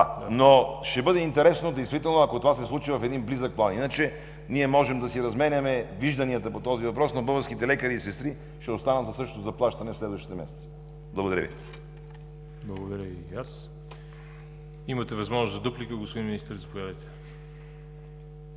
…но ще бъде интересно действително, ако това се случи в един близък план. Иначе ние можем да си разменяме вижданията по този въпрос, но българските лекари и сестри ще останат със същото заплащане в следващите месеци. Благодаря Ви. ПРЕДСЕДАТЕЛ ВАЛЕРИ ЖАБЛЯНОВ: Благодаря и аз. Имате възможност за дуплика, господин Министър – заповядайте.